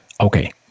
okay